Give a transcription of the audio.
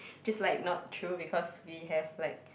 just like not true because we have like